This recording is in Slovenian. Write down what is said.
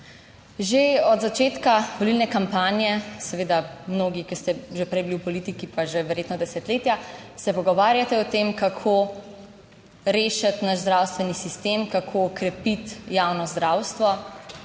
Že od začetka volilne kampanje seveda mnogi, ki ste že prej bili v politiki, pa že verjetno desetletja, se pogovarjate o tem, kako rešiti naš zdravstveni sistem, kako krepiti javno zdravstvo.